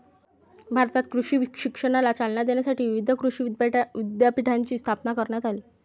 भारतात कृषी शिक्षणाला चालना देण्यासाठी विविध कृषी विद्यापीठांची स्थापना करण्यात आली